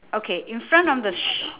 okay in front of the s~